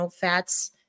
fats